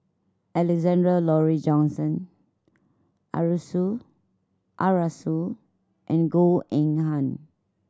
Alexander Laurie Johnston Arasu Arasu and Goh Eng Han